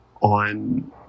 on